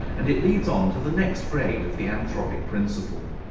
and it leads on to the next grade of the anthropic principle.